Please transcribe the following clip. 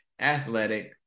Athletic